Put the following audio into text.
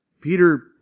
Peter